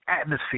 atmosphere